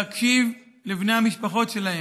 להקשיב לבני המשפחות שלהם,